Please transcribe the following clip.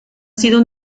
sido